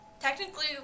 technically